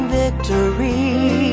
victory